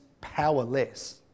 powerless